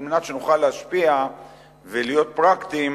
על מנת שנוכל להשפיע ולהיות פרקטיים,